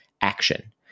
action